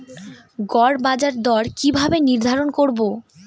গড় বাজার দর কিভাবে নির্ধারণ করব?